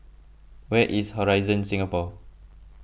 where is Horizon Singapore